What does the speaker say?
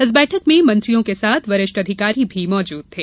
इस बैठक में मंत्रियों के साथ वरिष्ठ अधिकारी भी मौजूद थे